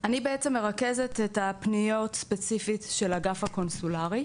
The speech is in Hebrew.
אני מרכזת את הפניות ספציפית של האגף הקונסולרי,